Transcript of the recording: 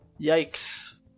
Yikes